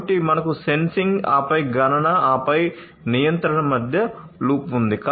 కాబట్టి మనకు సెన్సింగ్ ఆపై గణన ఆపై నియంత్రణ మధ్య లూప్ ఉంది